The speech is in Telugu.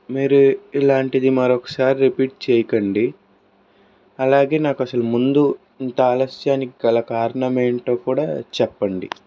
మీరు ఇలాంటిది మరొక సారి రీపీట్ చేయకండి అలాగే నాకు అసలు ముందు ఇంత ఆలస్యానికి గల కారణం ఏంటో కూడా చెప్పండి